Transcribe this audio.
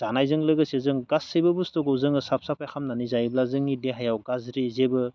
जानायजों लोगोसे जों गासैबो बुस्थुखौ जोङो साफ साफाय खालामनानै जायोब्ला जोंनि देहायााव गाज्रि जेबो